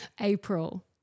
April